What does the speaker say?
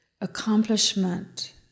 accomplishment